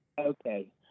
Okay